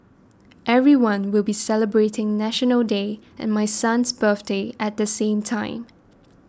everyone will be celebrating National Day and my son's birthday at the same time